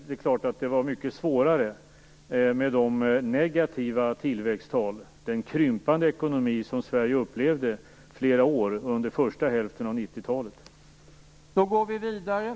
Det är klart att det var mycket svårare med de negativa tillväxttal, den krympande ekonomi som Sverige upplevde flera år under första hälften av 90-talet.